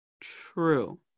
true